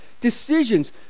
decisions